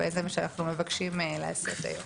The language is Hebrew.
זה מה שאנחנו מבקשים לעשות היום.